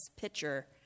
picture